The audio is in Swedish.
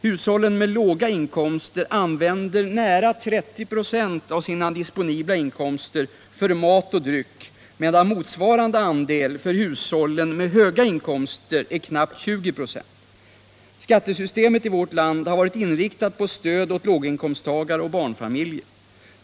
Hushållen med låga inkomster använder nära 30 926 av sina disponibla inkomster för mat och dryck, medan motsvarande andel för hushållen med höga inkomster är knappt 20 96. Skattesystemet i vårt land har varit inriktat på stöd åt låginkomsttagare och barnfamiljer.